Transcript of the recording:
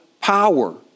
power